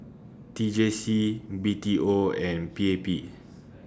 T J C B T O and P A P